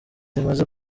rimaze